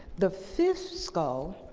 the fifth skull,